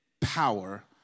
power